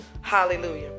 Hallelujah